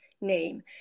name